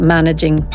Managing